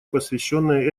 посвященное